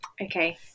okay